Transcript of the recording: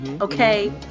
Okay